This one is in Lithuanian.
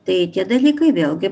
tai tie dalykai vėlgi